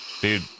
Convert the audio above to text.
dude